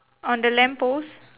on the lamp post